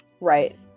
Right